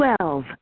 Twelve